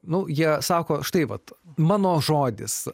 nu jie sako štai vat mano žodis